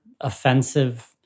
Offensive